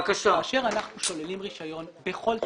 כאשר אנחנו שוללים רישיון בכל תחום,